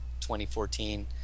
2014